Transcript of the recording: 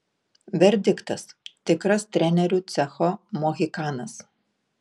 verdiktas tikras trenerių cecho mohikanas